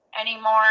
anymore